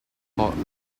called